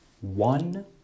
One